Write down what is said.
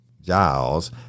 Giles